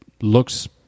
looks